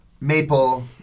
Maple